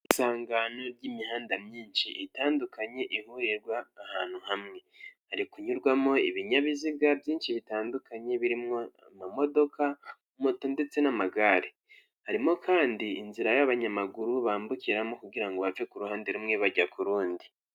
Isangano ry'imihanda myinshi itandukanye ihurirwa ahantu hamwe, hari kunyurwamo ibinyabiziga byinshi bitandukanye birimo amamodoka, moto ndetse n'amagare, harimo kandi inzira y'abanyamaguru bambukiramo kugirango bave ku ruhande rumwe bajya ku rundi.